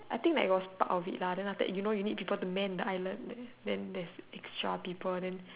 I think like it was part of it lah then after that you know you need people to mend the island then then there's extra people then